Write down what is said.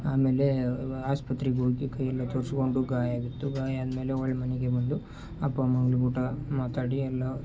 ಆಮೇಲೆ ಆಸ್ಪತ್ರೆಗೆ ಹೋಗಿ ಕೈಯೆಲ್ಲ ತೋರಿಸ್ಕೊಂಡು ಗಾಯ ಆಗಿತ್ತು ಗಾಯ ಆದಮೇಲೆ ಹೊಳ್ ಮನೆಗೆ ಬಂದು ಅಪ್ಪ ಅಮ್ಮನ ಮಾತಾಡಿ ಎಲ್ಲ